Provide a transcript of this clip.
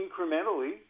incrementally